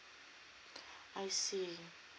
I see